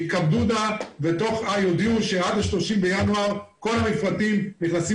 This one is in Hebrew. יתכבדו נא ויודיעו שעד ה-30 בינואר כל המפרטים נכנסים